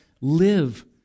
live